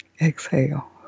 exhale